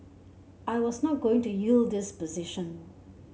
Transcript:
I was not going to yield this position